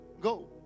go